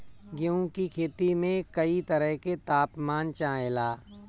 गेहू की खेती में कयी तरह के ताप मान चाहे ला